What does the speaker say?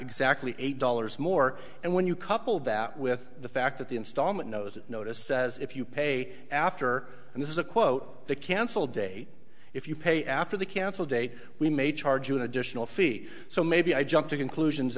exactly eight dollars more and when you couple that with the fact that the installment knows that notice says if you pay after and this is a quote the cancel date if you pay after the cancel date we may charge you an additional fee so maybe i jumped to conclusion